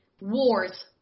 wars